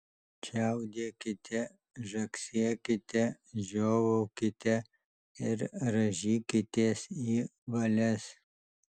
čiaudėkite žagsėkite žiovaukite ir rąžykitės į valias